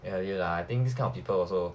really ah I think these kind of people also